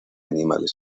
animales